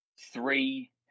three